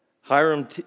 Hiram